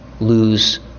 lose